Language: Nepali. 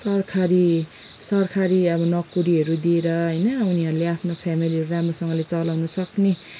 सरकारी सरकारी अब नोकरीहरू दिएर होइन उनीहरूले आफ्नो फ्यामेलीहरू राम्रोसँगले चलाउन सक्ने